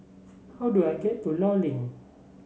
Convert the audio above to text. how do I get to Law Link